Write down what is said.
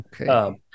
Okay